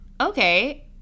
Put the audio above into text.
okay